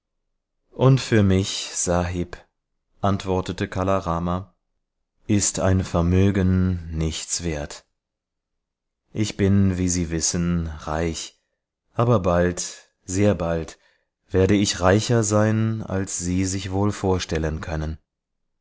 und für mich sahib antwortete kala rama ist ein vermögen nichts wert ich bin wie sie wissen reich aber bald sehr bald werde ich reicher sein als sie sich wohl vorstellen können